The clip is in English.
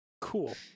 Cool